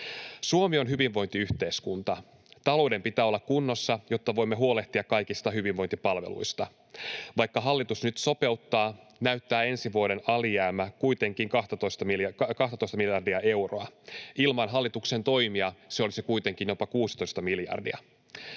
Suomi on hyvinvointiyhteiskunta. Talouden pitää olla kunnossa, jotta voimme huolehtia kaikista hyvinvointipalveluista. Vaikka hallitus nyt sopeuttaa, näyttää ensi vuoden alijäämä kuitenkin 12:ta miljardia euroa. Ilman hallituksen toimia se olisi kuitenkin jopa 16 miljardia.